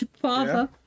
Father